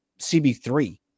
CB3